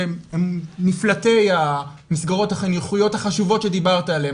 נפלטי המסגרות החינוכיות החשובות שדיברת עליהן,